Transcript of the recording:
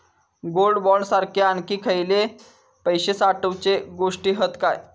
Gold bond सारखे आणखी खयले पैशे साठवूचे गोष्टी हत काय?